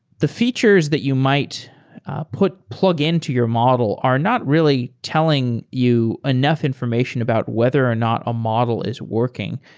the features that you might put plugin to your model are not really telling you enough information about whether or not a model is working.